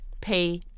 pay